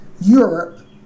Europe